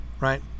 right